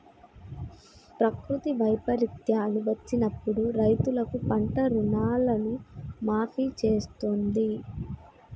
ప్రకృతి వైపరీత్యాలు వచ్చినప్పుడు రైతులకు పంట రుణాలను మాఫీ చేస్తాంది